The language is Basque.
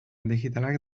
digitalak